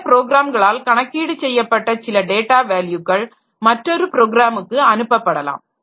சில ப்ரோக்ராம்களால் கணக்கீடு செய்யப்பட்ட சில டேட்டா வேல்யுக்கள் மற்றொரு ப்ரோக்ராமுக்கு அனுப்பப்படலாம்